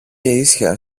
ίσια